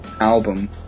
album